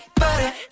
butter